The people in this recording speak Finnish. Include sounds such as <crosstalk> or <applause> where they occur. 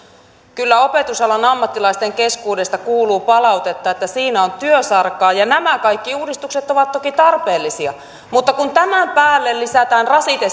kyllä opetusalan ammattilaisten keskuudesta kuuluu palautetta että siinä on työsarkaa ja nämä kaikki uudistukset ovat toki tarpeellisia mutta kun tämän päälle lisätään rasite <unintelligible>